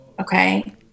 okay